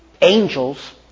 angels